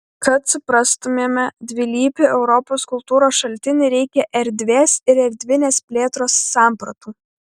kad suprastumėme dvilypį europos kultūros šaltinį reikia erdvės ir erdvinės plėtros sampratų